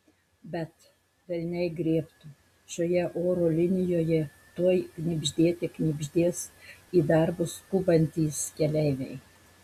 bet velniai griebtų šioje oro linijoje tuoj knibždėte knibždės į darbus skubantys keleiviai